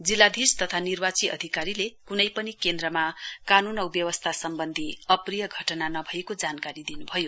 जिल्लाधीश तथा निर्वाची अधिकारीले कुनै पनि केन्द्रमा कानुन औ व्यवस्था सम्बन्धी अप्रिय घटना नभएको जानकारी दिनुभयो